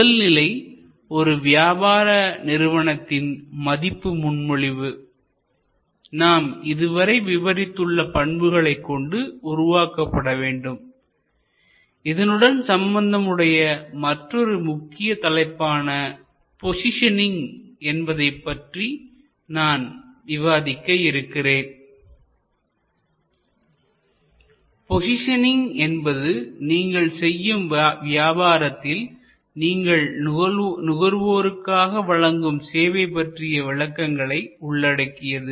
முதல்நிலை ஒரு வியாபார நிறுவனத்தின் மதிப்பு முன்மொழிவு நாம் இதுவரை விவரித்துள்ள பண்புகளைக் கொண்டு உருவாக்கப்பட வேண்டும் இதனுடன் சம்பந்தமுடைய மற்றொரு முக்கிய தலைப்பான போசிஷனிங் என்பதை பற்றி நான் விவாதிக்க இருக்கிறோம் போசிஷனிங் என்பது நீங்கள் செய்யும் வியாபாரத்தில் நீங்கள் நுகர்வோருக்காக வழங்கும் சேவை பற்றிய விளக்கங்களை உள்ளடக்கியது